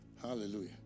Hallelujah